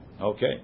okay